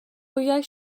wyau